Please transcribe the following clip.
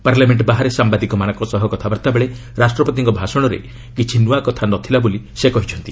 parliament ବାହାରେ ସାମ୍ବାଦିକମାନଙ୍କ ସହ କଥାବାର୍ତ୍ତା ବେଳେ ରାଷ୍ଟ୍ରପତିଙ୍କ ଭାଷଣରେ କିଛି ନୂଆ କଥା ନ ଥିଲା ବୋଲି ସେ କହିଛନ୍ତି